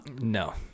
no